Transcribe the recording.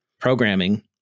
programming